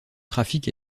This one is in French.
trafic